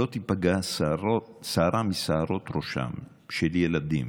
לא תיפגע שערה משערות ראשם של ילדים,